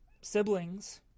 siblings